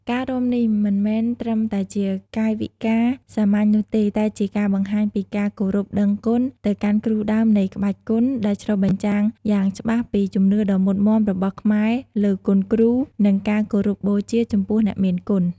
ការរាំនេះមិនមែនត្រឹមតែជាកាយវិការសាមញ្ញនោះទេ តែជាការបង្ហាញពី ការគោរពដឹងគុណ ទៅកាន់គ្រូដើមនៃក្បាច់គុន ដែលឆ្លុះបញ្ចាំងយ៉ាងច្បាស់ពី ជំនឿដ៏មុតមាំរបស់ខ្មែរលើគុណគ្រូ និងការគោរពបូជាចំពោះអ្នកមានគុណ។